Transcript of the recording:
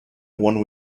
one